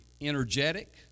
energetic